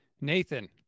Nathan